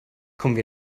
kommen